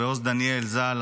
ועוז דניאל ז"ל,